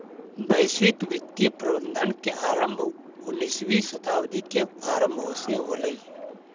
वैश्विक वित्तीय प्रबंधन के आरंभ उन्नीसवीं शताब्दी के आरंभ से होलइ